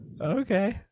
Okay